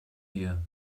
here